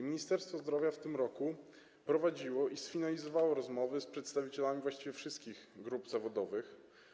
Ministerstwo Zdrowia w tym roku prowadziło i sfinalizowało rozmowy z przedstawicielami właściwie wszystkich grup zawodowych.